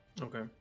Okay